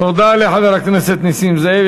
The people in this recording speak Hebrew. תודה לחבר הכנסת נסים זאב.